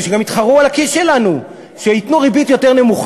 ושלא תאפשרו להם לשדוד את האנשים באופן מסודר על-פי חוק,